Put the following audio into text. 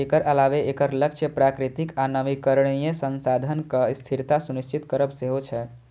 एकर अलावे एकर लक्ष्य प्राकृतिक आ नवीकरणीय संसाधनक स्थिरता सुनिश्चित करब सेहो छै